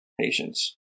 Patience